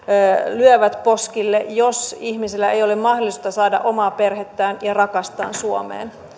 lyövät poskille jos ihmisillä ei ole mahdollisuutta saada omaa perhettään ja rakastaan suomeen